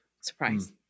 Surprise